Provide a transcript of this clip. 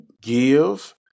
give